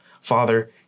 Father